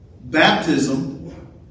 Baptism